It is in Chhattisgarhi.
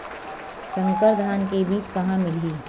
संकर धान के बीज कहां मिलही?